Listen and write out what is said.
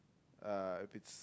uh if it's